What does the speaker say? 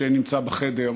שנמצא בחדר,